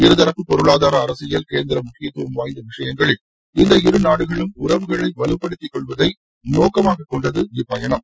இருதரப்பு பொருளாதார அரசியல் கேந்திரா முக்கியத்துவம் வாய்ந்த விஷயங்களில் இந்த இரு நாடுகளும் உறவுகளை வலுப்படுத்திக்கொள்வதை நோக்கமாகக்கொண்டது இப்பயணம்